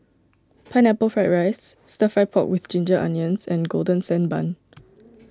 Pineapple Fried Rice Stir Fry Pork with Ginger Onions and Golden Sand Bun